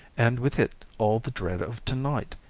and with it all the dread of tonight